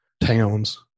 towns